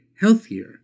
healthier